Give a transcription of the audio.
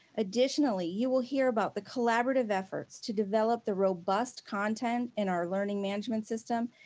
additionally, you will hear about the collaborative efforts to develop the robust content in our learning management system,